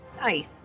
Nice